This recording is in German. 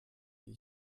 die